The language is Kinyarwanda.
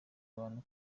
abantu